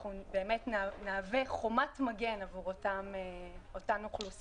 ואנחנו באמת נהווה חומת מגן עבור אותן האוכלוסיות.